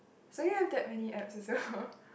so you have that many apps also